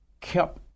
kept